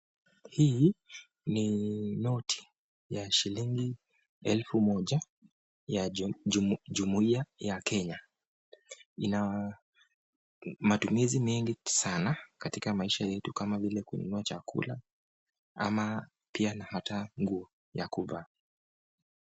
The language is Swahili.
Hii ni noti ya shilingi elfu moja ya jumuiya ya Kenya. Ina matumizi mengi sana katika maisha yetu kama vile kununua chakula au hata nguo ya kuvaa.